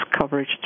coverage